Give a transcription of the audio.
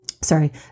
sorry